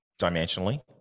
dimensionally